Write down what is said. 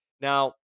now